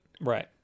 Right